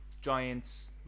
Giants